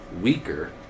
weaker